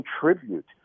contribute